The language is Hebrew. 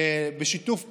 בשיתוף פעולה,